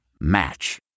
Match